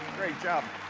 great job.